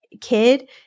kid